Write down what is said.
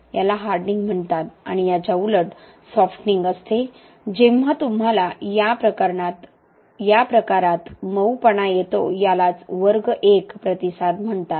याला हार्डनिंग म्हणतात आणि याच्या उलट सॉफ्टनिंग असते जेव्हा तुम्हाला या प्रकारात मऊपणा येतो यालाच वर्ग I प्रतिसाद म्हणतात